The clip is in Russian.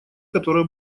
которое